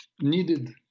needed